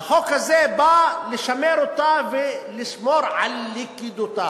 והחוק הזה בא לשמר אותה ולשמור על לכידותה.